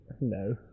No